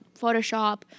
Photoshop